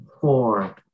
four